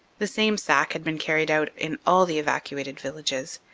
the same sack had been carried out in all the evacuated villages,